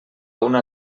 una